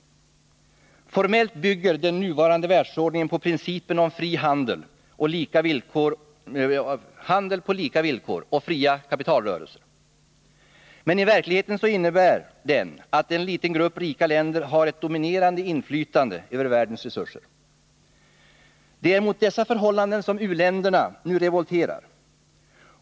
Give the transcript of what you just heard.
Formellt bygger den nuvarande världsordningen på principen om fri handel på lika villkor och fria kapitalrörelser. Men i verkligheten innebär den att en liten grupp rika länder har ett dominerande inflytande över världens resurser. Det är mot dessa förhållanden som u-länderna nu revolterar.